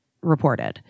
reported